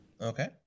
okay